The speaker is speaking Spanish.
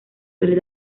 suele